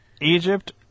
Egypt